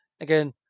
again